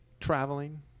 traveling